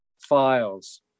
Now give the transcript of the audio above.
files